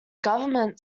government